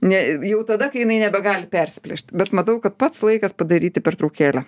ne jau tada kai jinai nebegali persiplėšt bet matau kad pats laikas padaryti pertraukėlę